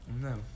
No